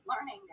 learning